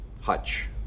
Hutch